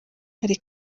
hari